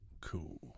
cool